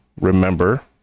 remember